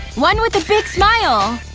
one with a smile!